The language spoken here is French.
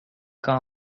quand